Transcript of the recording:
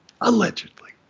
Allegedly